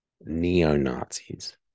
neo-Nazis